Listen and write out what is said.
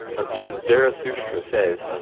again zarathustra says,